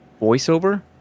Voiceover